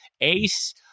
ace